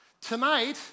Tonight